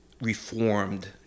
reformed